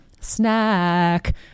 snack